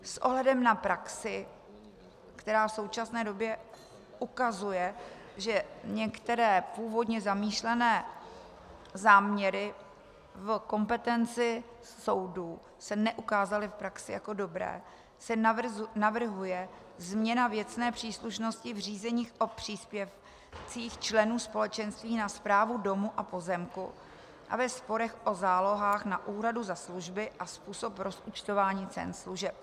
S ohledem na praxi, která v současné době ukazuje, že některé původně zamýšlené záměry v kompetenci soudu se neukázaly v praxi jako dobré, se navrhuje změna věcné příslušnosti v řízeních o příspěvcích členů společenství na správu domu a pozemku a ve sporech o zálohách na úhradu za služby a způsob rozpočtování cen služeb.